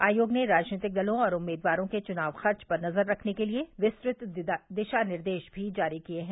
आयोग ने राज़नीतिक दलों और उम्मीदवारों के चुनाव खर्च पर नज़र रखने के लिए विस्तृत दिशा निर्देश भी जारी किये हैं